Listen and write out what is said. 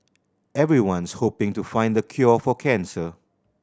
everyone's hoping to find the cure for cancer